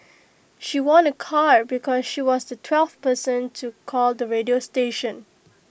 she won A car because she was the twelfth person to call the radio station